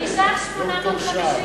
נשאר 850,